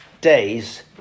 days